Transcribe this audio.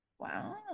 Wow